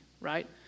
right